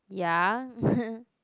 ya